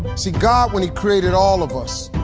see, god when he created all of us,